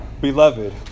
beloved